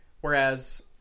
whereas